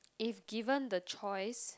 if given the choice